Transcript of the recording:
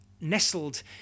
nestled